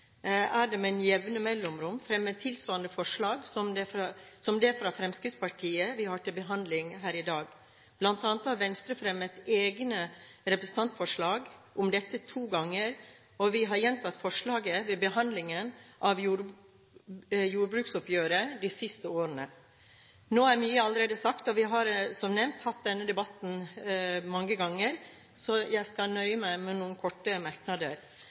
er det med jevne mellomrom fremmet tilsvarende forslag som det forslaget fra Fremskrittspartiets som vi har til behandling i dag, bl.a. har Venstre fremmet eget representantforslag om dette to ganger, og vi har gjentatt forslaget ved behandlingen av jordbruksoppgjøret de siste årene. Nå er mye allerede sagt, og vi har som nevnt hatt denne debatten mange ganger, så jeg skal nøye meg med noen korte merknader: